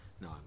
No